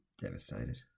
Devastated